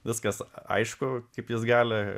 viskas aišku kaip jis gali